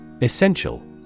Essential